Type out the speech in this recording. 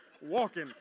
walking